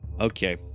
okay